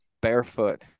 barefoot